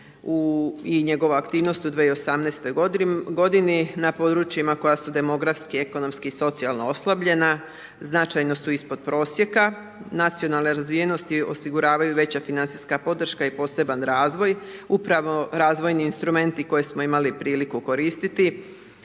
i njegova aktivnost u 2018. godini, na područjima koja su demografski, ekonomski i socijalno oslabljena, značajno su ispod prosjeka nacionalne razvijenosti, osiguravaju veća financijska podrška i poseban razvoj, upravo razvojni instrumenti koje smo imali priliku koristiti